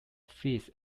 fees